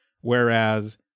whereas